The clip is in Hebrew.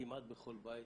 כמעט בכל בית,